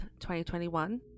2021